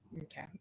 okay